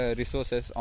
resources